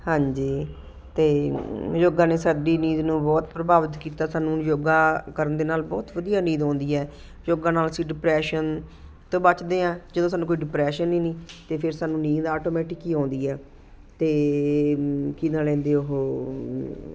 ਹਾਂਜੀ ਅਤੇ ਯੋਗਾ ਨੇ ਸਾਡੀ ਨੀਂਦ ਨੂੰ ਬਹੁਤ ਪ੍ਰਭਾਵਿਤ ਕੀਤਾ ਸਾਨੂੰ ਯੋਗਾ ਕਰਨ ਦੇ ਨਾਲ ਬਹੁਤ ਵਧੀਆ ਨੀਂਦ ਆਉਂਦੀ ਹੈ ਯੋਗਾ ਨਾਲ ਅਸੀਂ ਡਿਪ੍ਰੈਸ਼ਨ ਤੋਂ ਬਚਦੇ ਹਾਂ ਜਦੋਂ ਸਾਨੂੰ ਕੋਈ ਡਿਪ੍ਰੈਸ਼ਨ ਹੀ ਨਹੀਂ ਤਾਂ ਫਿਰ ਸਾਨੂੰ ਨੀਂਦ ਆਟੋਮੇਟਿਕੀ ਆਉਂਦੀ ਹੈ ਅਤੇ ਕੀ ਨਾਂ ਲੈਂਦੇ ਉਹ